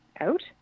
out